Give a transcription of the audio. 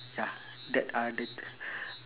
ya that other t~